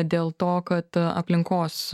dėl to kad aplinkos